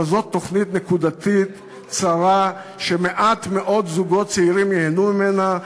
וזו תוכנית נקודתית צרה שמעט מאוד זוגות צעירים ייהנו ממנה.